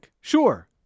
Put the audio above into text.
Sure